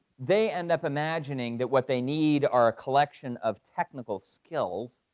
they end up imagining that what they need are a collection of technical skills,